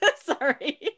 sorry